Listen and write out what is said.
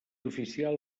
oficial